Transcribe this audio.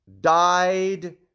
died